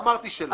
לא אמרתי שלא.